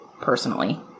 personally